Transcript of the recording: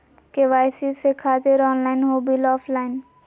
KYC से खातिर online हो बिल ऑफलाइन?